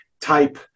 type